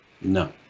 No